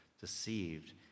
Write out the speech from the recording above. deceived